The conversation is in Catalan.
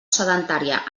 sedentària